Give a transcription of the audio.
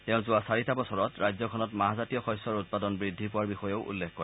তেওঁ যোৱা চাৰিটা বছৰত ৰাজ্যখনত মাহজাতীয় শস্যৰ উৎপাদন বৃদ্ধি পোৱাৰ বিষয়েও উল্লেখ কৰে